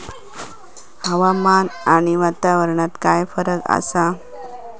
हवामान आणि वातावरणात काय फरक असा?